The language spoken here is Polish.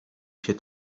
się